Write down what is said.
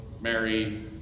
Mary